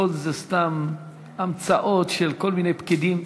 הכול זה סתם המצאות של כל מיני פקידים.